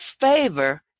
favor